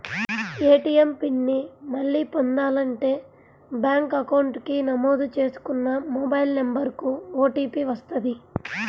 ATM PIN ని మళ్ళీ పొందాలంటే బ్యేంకు అకౌంట్ కి నమోదు చేసుకున్న మొబైల్ నెంబర్ కు ఓటీపీ వస్తది